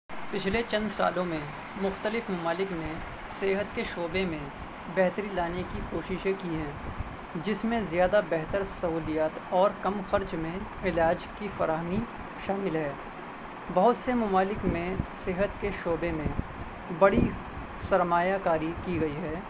پچھلے چند سالوں میں مختلف ممالک نے صحت کے شعبے میں بہتری لانے کی کوششیں کی ہیں جس میں زیادہ بہتر سہولیات اور کم خرچ میں علاج کی فراہمی شامل ہے بہت سے ممالک میں صحت کے شعبے میں بڑی سرمایہ کاری کی گئی ہے